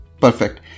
Perfect